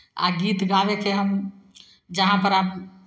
आ गीत गाबयके हम जहाँपर आब